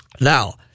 Now